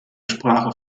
sprache